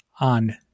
on